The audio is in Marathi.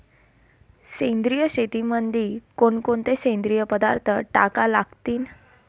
सेंद्रिय शेतीमंदी कोनकोनचे सेंद्रिय पदार्थ टाका लागतीन?